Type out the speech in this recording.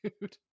dude